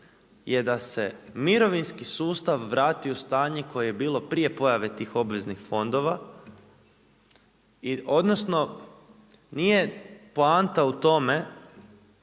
je da se mirovinski sustav vrati u stanje koje je bilo prije pojave tih obveznih fondova. I odnosno, nije poanta u tome